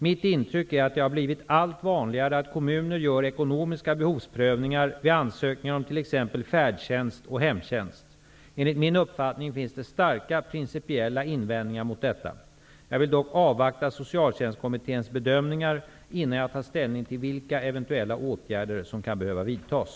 Mitt intryck är att det har blivit allt vanligare att kommuner gör ekonomiska behovsprövningar vid ansökningar om t.ex. färdtjänst och hemtjänst. Enligt min uppfattning finns det starka principiella invändningar mot detta. Jag vill dock avvakta Socialtjänstkommitténs bedömningar innan jag tar ställning till vilka eventuella åtgärder som kan behöva vidtas.